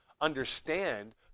understand